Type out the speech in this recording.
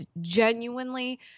genuinely